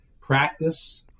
practice